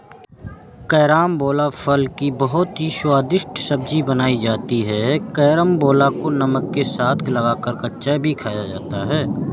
carambola फल की बहुत ही स्वादिष्ट सब्जी बनाई जाती है कैरमबोला को नमक के साथ लगाकर कच्चा भी खाया जाता है